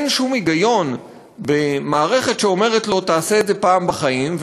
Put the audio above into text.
אין שום היגיון במערכת שאומרת לו: תעשה את זה פעם בחיים,